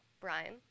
Brian